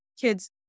kids